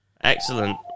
excellent